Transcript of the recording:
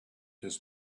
his